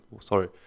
Sorry